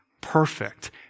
perfect